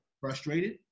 frustrated